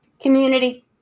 Community